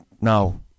no